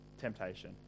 temptation